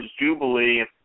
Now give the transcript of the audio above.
Jubilee